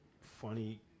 funny